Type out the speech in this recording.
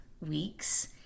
weeks